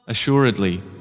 Assuredly